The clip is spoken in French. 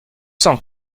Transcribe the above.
cent